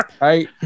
Right